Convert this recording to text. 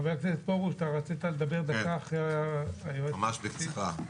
חבר הכנסת פרוש, רצית לדבר אחרי היועצת המשפטית.